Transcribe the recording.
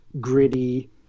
gritty